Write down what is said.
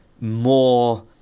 more